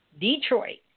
Detroit